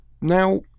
Now